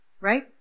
right